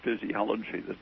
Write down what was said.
physiology